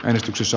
äänestyksessä